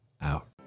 out